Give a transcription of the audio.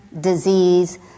disease